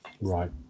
Right